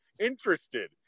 interested